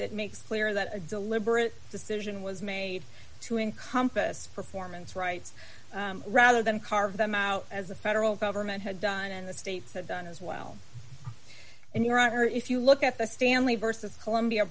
it makes clear that a deliberate decision was made to encompass performance rights rather than carve them out as the federal government had done and the states have done as well and your honor if you look at the stanley versus columbia